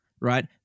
right